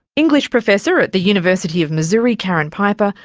english professor at the university of missouri, karen piper,